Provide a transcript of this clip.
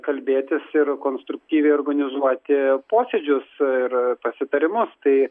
kalbėtis ir konstruktyviai organizuoti posėdžius ir pasitarimus tai